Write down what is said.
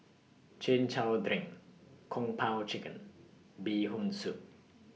Chin Chow Drink Kung Po Chicken Bee Hoon Soup